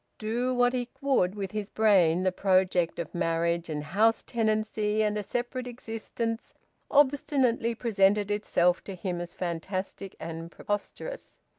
do what he would with his brain, the project of marriage and house-tenancy and a separate existence obstinately presented itself to him as fantastic and preposterous.